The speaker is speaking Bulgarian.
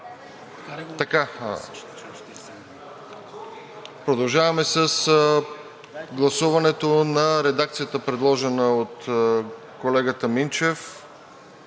Продължаваме с гласуването на редакцията, предложена от колегата Минчев,